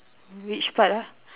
which part ah